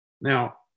Now